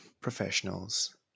professionals